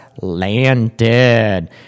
landed